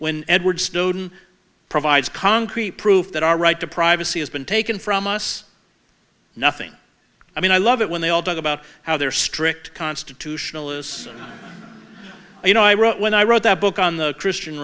when edward snowden provides concrete proof that our right to privacy has been taken from us nothing i mean i love it when they all talk about how they're strict constitutionalists you know i wrote when i wrote that book on the christian